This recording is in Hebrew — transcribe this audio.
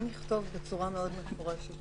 אם נכתוב בצורה מאוד מפורשת